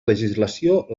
legislació